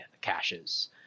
caches